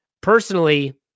Personally